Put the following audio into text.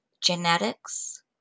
genetics